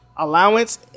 allowance